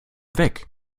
weg